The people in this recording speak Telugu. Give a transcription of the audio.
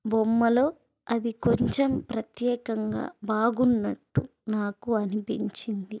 బొమ్మలో అది కొంచెం ప్రత్యేకంగా బాగున్నట్టు నాకు అనిపించింది